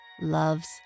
loves